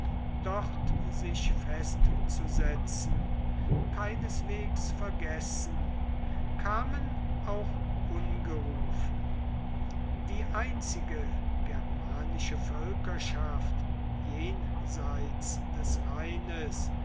dort sich festzusetzen keineswegs vergessen kamen auch ungerufen die einzige germanische völkerschaft jenseits des rheines